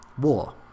War